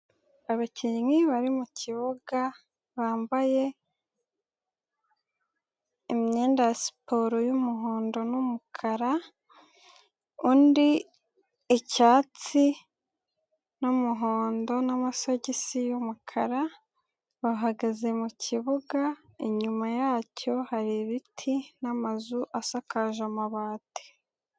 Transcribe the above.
Abakinnyi bari mu kibuga bambaye imyenda ya siporo y'umuhondo n'umukara, undi icyatsi n'umuhondo n'amasogisi y'umukara bahagaze mu kibuga, inyuma yacyo hari ibiti n'amazu asakaje amabati.